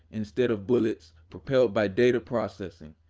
instead of bullets propelled by data processing,